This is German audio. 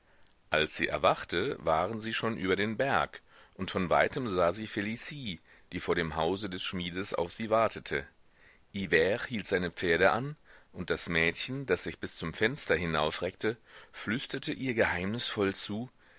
als sie erwachte waren sie schon über den berg und von weitem sah sie felicie die vor dem hause des schmiedes auf sie wartete hivert hielt seine pferde an und das mädchen das sich bis zum fenster hinaufreckte flüsterte ihr geheimnisvoll zu